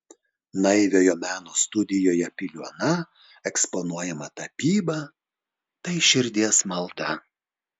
naiviojo meno studijoje piliuona eksponuojama tapyba tai širdies malda